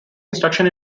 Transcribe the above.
instruction